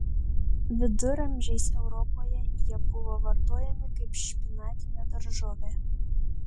viduramžiais europoje jie buvo vartojami kaip špinatinė daržovė